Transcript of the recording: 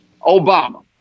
Obama